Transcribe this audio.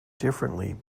differently